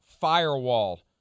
firewall